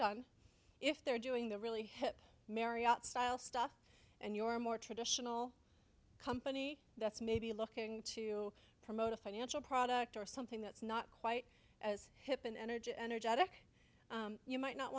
done if they're doing the really hip mary out style stuff and your more traditional company that's maybe looking to promote a financial product or something that's not quite as hip and energetic energetic you might not